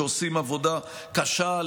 שעושים עבודה קשה,